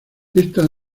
está